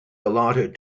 allotted